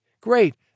great